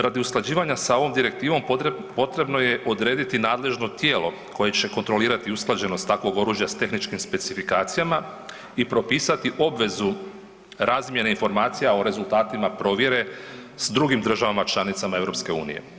Radi usklađivanja sa ovom direktivom potrebno je odrediti nadležno tijelo koje će kontrolirati usklađenost takvog oružja s tehničkim specifikacijama i propisati obvezu razmjene informacije o rezultatima provjere s drugim državama članicama EU.